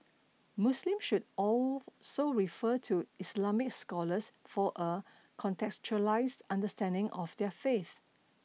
Muslims should also refer to Islamic scholars for a contextualised understanding of their faith